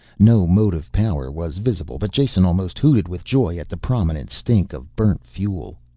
no motive power was visible, but jason almost hooted with joy at the prominent stink of burnt fuel.